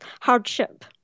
hardship